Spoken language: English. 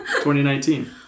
2019